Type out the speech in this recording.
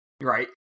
right